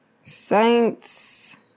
Saints